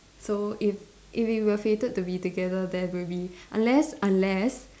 so if if we were fated to be together there will be unless unless